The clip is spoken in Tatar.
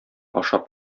ашап